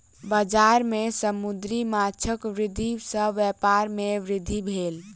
बजार में समुद्री माँछक वृद्धि सॅ व्यापार में वृद्धि भेल